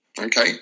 Okay